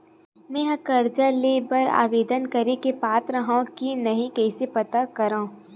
मेंहा कर्जा ले बर आवेदन करे के पात्र हव की नहीं कइसे पता करव?